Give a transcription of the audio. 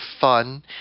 fun